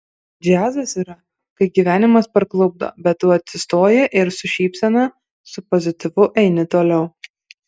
džiazas yra kai gyvenimas parklupdo bet tu atsistoji ir su šypsena su pozityvu eini toliau